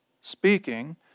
speaking